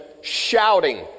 shouting